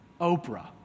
Oprah